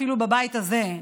אפילו בבית הזה,